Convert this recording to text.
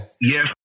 Yes